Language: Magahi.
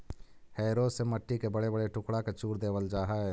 हैरो से मट्टी के बड़े बड़े टुकड़ा के चूर देवल जा हई